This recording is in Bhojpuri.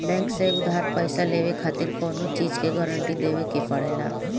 बैंक से उधार पईसा लेवे खातिर कवनो चीज के गारंटी देवे के पड़ेला